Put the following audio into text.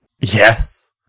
Yes